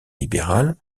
libéral